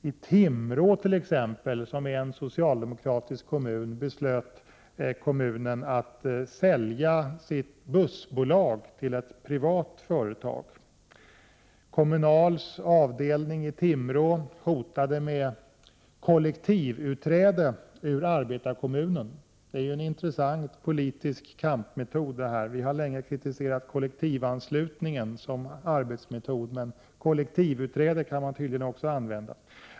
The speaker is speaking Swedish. I t.ex. Timrå, som är en socialdemokratiskt styrd kommun, beslöt kommunen att sälja sitt bussbolag till ett privat företag. Kommunals avdelning i Timrå hotade med kollektivutträde ur arbetarkommunen — en intressant politisk kampmetod. Vi har ju länge kritiserat kollektivanslutningen som arbetsmetod, men kollektivutträde kan tydligen också användas.